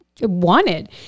wanted